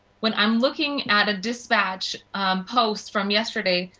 when i am looking at a dispatch post from yesterday,